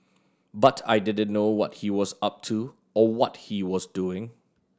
but I didn't know what he was up to or what he was doing